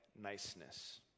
niceness